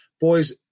Boys